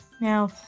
Now